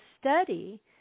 study